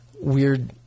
weird